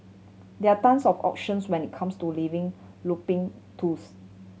there tons of options when it comes to living looping tools